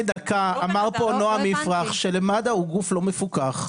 לפני דקה אמר פה נעם יפרח שמד"א הוא גוף לא מפוקח,